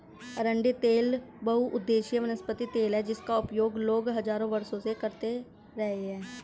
अरंडी तेल बहुउद्देशीय वनस्पति तेल है जिसका उपयोग लोग हजारों वर्षों से करते रहे हैं